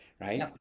right